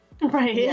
Right